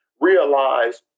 realize